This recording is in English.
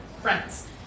Friends